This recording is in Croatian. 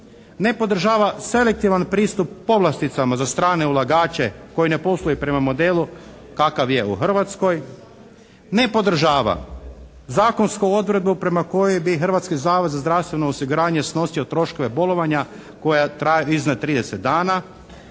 ne podržava selektivan pristup povlasticama za strane ulagače koji ne posluju prema modelu kakav je u Hrvatskoj, ne podržava zakonsku odredbu prema kojoj bi Hrvatski zavod za zdravstveno osiguranje snosio troškove bolovanja iznad 30 dana,